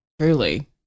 Truly